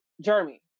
Jeremy